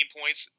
points